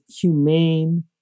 humane